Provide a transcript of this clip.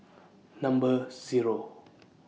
Number Zero